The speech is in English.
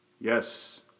Yes